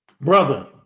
brother